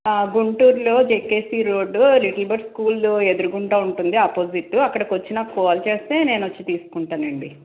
గుంటూరులో JKC road little bird స్కూల్లో ఎదురుగుండా ఉంటుంది ఆపోజిట్ అక్కడకి వచ్చి నాకు కాల్ చేస్తే నేను వచ్చి తీసుకుంటాను అండి